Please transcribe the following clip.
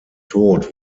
tod